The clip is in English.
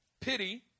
pity